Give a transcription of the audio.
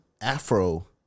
Afro